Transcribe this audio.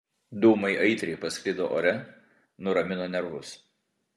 dūmai aitriai pasklido ore nuramino nervus